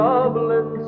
Dublin